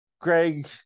Greg